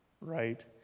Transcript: right